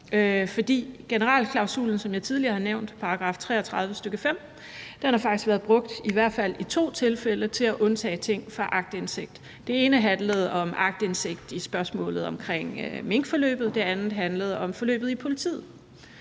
§ 33, stk. 5, som jeg tidligere har nævnt, har faktisk været brugt i i hvert fald to tilfælde til at undtage ting fra aktindsigt. Det ene handlede om aktindsigt i spørgsmålet om minkforløbet, og det andet handlede om forløbet i politiet.